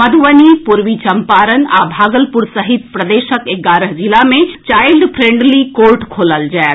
मधुबनी पूर्वी चम्पारण आ भागलपुर सहित प्रदेशक एगारह जिला मे चाईल्ड फ्रेंडली कोर्ट खोलल जाएत